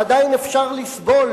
ועדיין אפשר לסבול,